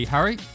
Harry